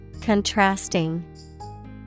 Contrasting